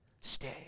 Stay